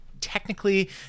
technically